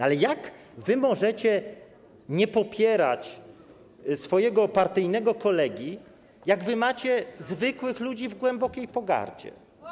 Ale jak możecie nie popierać swojego partyjnego kolegi, jak macie zwykłych ludzi w głębokiej pogardzie?